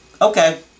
okay